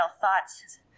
thoughts